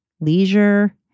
leisure